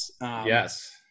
Yes